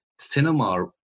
cinema